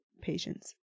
patients